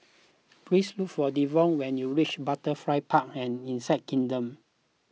please look for Devon when you reach Butterfly Park and Insect Kingdom